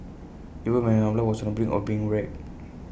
even when her umbrella was on the brink of being wrecked